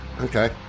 Okay